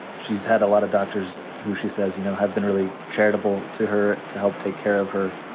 she's had a lot of doctors who she says, you know, have been really charitable to her to help take care of her.